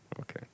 Okay